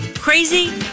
Crazy